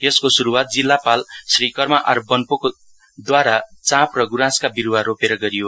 यसको सुरुवात जिल्लापाल श्री कर्मा आर बोन्पोदूवारा चाँप र गुराँसका विरुवा रोपेर गरियो